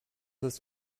ist